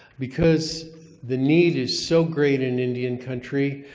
because the need is so great in indian country,